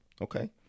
okay